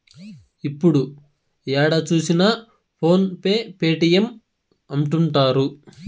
ఇప్పుడు ఏడ చూసినా ఫోన్ పే పేటీఎం అంటుంటారు